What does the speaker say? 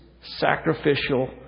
sacrificial